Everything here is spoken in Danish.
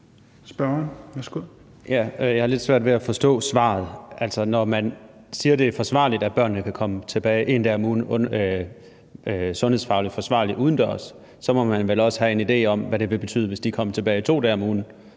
Jeg har lidt svært ved at forstå svaret. Altså, når man siger, at det er sundhedsfagligt forsvarligt, at børnene kan komme tilbage én dag om ugen udendørs, så må man vel også have en idé om, hvad det ville betyde, hvis de kom tilbage 2 dage om ugen